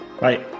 Bye